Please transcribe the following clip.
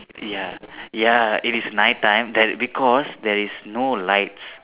ya ya it is night time there because there is no lights